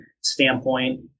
standpoint